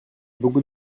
beaucoup